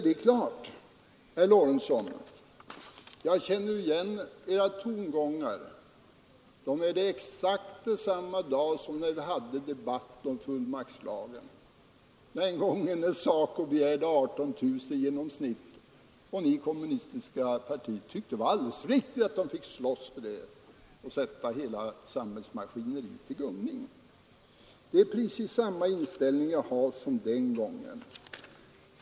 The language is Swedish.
Men, herr Lorentzon, jag känner igen era tongångar — de är exakt desamma i dag som när vi hade debatten om fullmaktslagen den gången SACO begärde 18 000 kronor i genomsnittshöjning av lönekostnaderna för ett enda avtalsår. Och ni i det kommunistiska partiet tyckte att det var alldeles riktigt att SACO skulle få slåss för det och sätta hela samhällsmaskineriet i gungning. Jag har precis samma inställning som den gången.